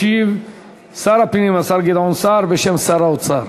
ישיב שר הפנים, השר גדעון סער, בשם שר האוצר.